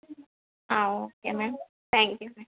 ఆ okay madam thank you